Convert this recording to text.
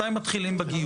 מתי מתחילים בה?